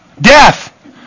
death